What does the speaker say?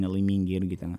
nelaimingi irgi ten